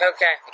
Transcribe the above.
Okay